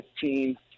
team